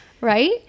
Right